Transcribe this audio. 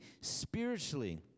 spiritually